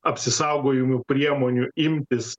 apsisaugojimų priemonių imtis